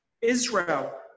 Israel